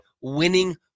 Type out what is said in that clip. winning